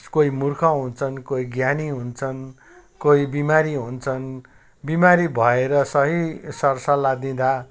कोही मूर्ख हुन्छन् कोही ज्ञानी हुन्छन् कोही बिमारी हुन्छन् बिमारी भएर सही सर सल्लाह दिँदा